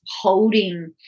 holding